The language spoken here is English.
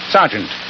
Sergeant